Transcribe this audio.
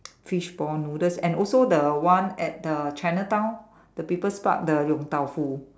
fishball noodles and also the one at the Chinatown the People's Park the Yong-Tau-Foo